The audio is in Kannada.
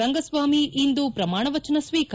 ರಂಗಸ್ವಾಮಿ ಇಂದು ಪ್ರಮಾಣ ವಚನ ಸ್ವೀಕಾರ